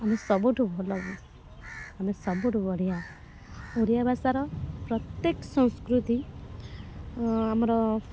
ଆମେ ସବୁଠୁ ଭଲ ଆମେ ସବୁଠୁ ବଢ଼ିଆ ଓଡ଼ିଆ ଭାଷାର ପ୍ରତ୍ୟେକ ସଂସ୍କୃତି ଆମର